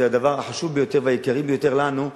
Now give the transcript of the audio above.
וזה הדבר החשוב ביותר והעיקרי ביותר לנו,